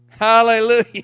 Hallelujah